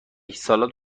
سالاد